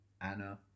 Anna